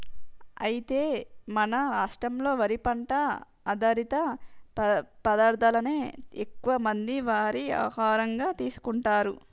అయితే మన రాష్ట్రంలో వరి పంట ఆధారిత పదార్థాలనే ఎక్కువ మంది వారి ఆహారంగా తీసుకుంటారు